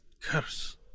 curse